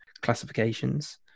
classifications